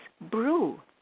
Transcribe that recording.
brew